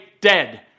dead